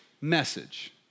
message